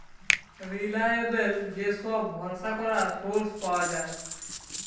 reliable যে সব ভরসা করা সোর্স পাওয়া যায়